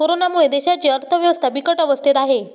कोरोनामुळे देशाची अर्थव्यवस्था बिकट अवस्थेत आहे